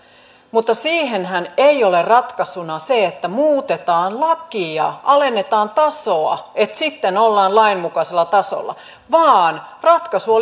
mutta siihenhän ei ole ratkaisuna se että muutetaan lakia alennetaan tasoa että sitten ollaan lainmukaisella tasolla vaan ratkaisu